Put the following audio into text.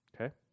Okay